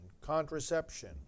contraception